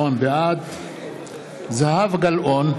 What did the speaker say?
בעד זהבה גלאון,